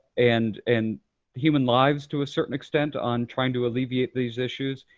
and and human lives, to a certain extent, on trying to alleviate these issues,